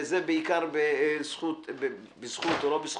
ובדיוק נכנס